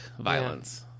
violence